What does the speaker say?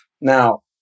Now